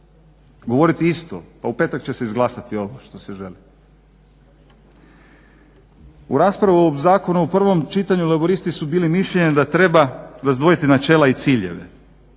govoriti isto, pa u petak će se izglasati ovo što se želi. U raspravi zakona u prvom čitanju laburisti su bili mišljenja da treba izdvojiti načela i ciljeve